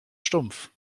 stumpf